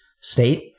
State